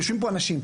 יושבים פה אנשים.